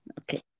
okay